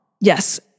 Yes